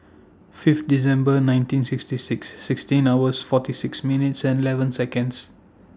five December nineteen sixty six sixteen hours forty six minutes and eleven Seconds